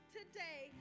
today